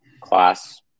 class